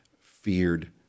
feared